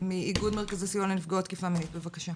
מאיגוד מרכזי סיוע לנפגעות תקיפה מינית, בבקשה.